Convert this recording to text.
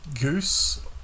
Goose